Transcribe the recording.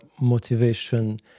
motivation